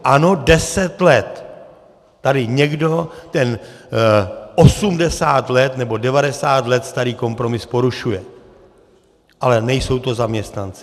Ano, deset let tady někdo ten 80 nebo 90 let starý kompromis porušuje, ale nejsou to zaměstnanci.